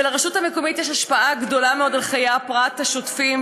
לרשות המקומית יש השפעה גדולה מאוד על חיי הפרט השוטפים,